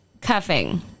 Cuffing